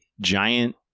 giant